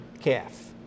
calf